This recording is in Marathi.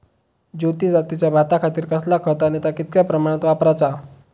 ज्योती जातीच्या भाताखातीर कसला खत आणि ता कितक्या प्रमाणात वापराचा?